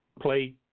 play